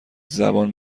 زبان